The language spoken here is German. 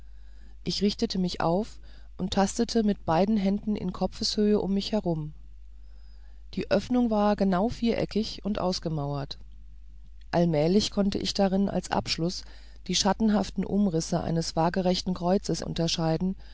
ich richtete mich auf und tastete mit beiden händen in kopfeshöhe um mich herum die öffnung war genau viereckig und ausgemauert allmählich konnte ich darin als abschluß die schattenhaften umrisse eines wagerechten kreuzes unterscheiden